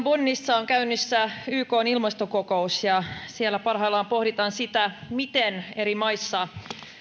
bonnissa on käynnissä ykn ilmastokokous ja siellä parhaillaan pohditaan sitä miten eri maissa